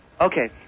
Okay